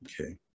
okay